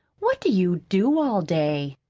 what do you do all day?